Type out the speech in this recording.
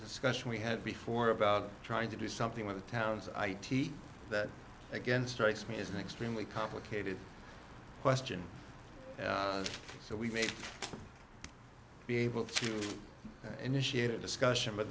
discussion we had before about trying to do something with the towns i teach that against race me is an extremely complicated question so we made be able to initiate a discussion but